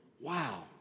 Wow